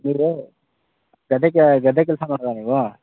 ನೀವು ಗದ್ದೆ ಕೆ ಗದ್ದೆ ಕೆಲಸ ಮಾಡೋದಾ ನೀವು